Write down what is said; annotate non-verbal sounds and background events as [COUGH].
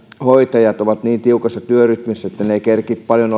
hoitajat ovat niin tiukassa työrytmissä että he eivät kerkeä paljon [UNINTELLIGIBLE]